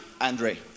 Andre